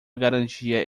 garantia